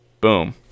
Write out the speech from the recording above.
Boom